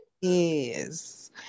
Yes